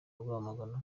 rwamagana